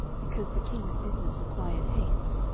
because the king's business required haste.